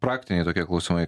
praktiniai tokie klausimai